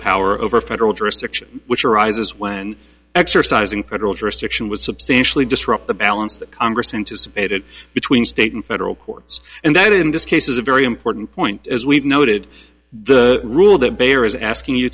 power over federal jurisdiction which arises when exercising federal jurisdiction was substantially disrupt the balance that congress anticipated between state and federal courts and that in this case is a very important point as we've noted the rule that bayer is asking you